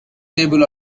table